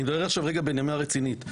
בנימה רצינית,